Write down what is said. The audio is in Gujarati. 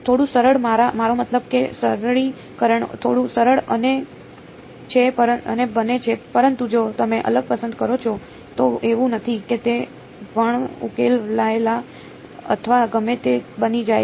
થોડું સરળ મારો મતલબ કે સરળીકરણ થોડું સરળ બને છે પરંતુ જો તમે અલગ પસંદ કરો છો તો એવું નથી કે તે વણઉકેલાયેલ અથવા ગમે તે બની જાય છે